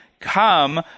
come